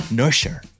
nurture